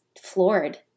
floored